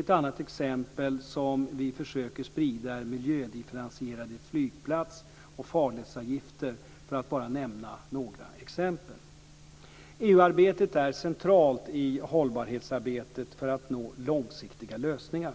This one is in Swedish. Ett annat exempel som vi försöker sprida är miljödifferentierade flygplats och farledsavgifter - för att bara nämna några exempel. EU-arbetet är centralt i hållbarhetsarbetet för att nå långsiktiga lösningar.